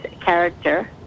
character